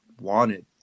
wanted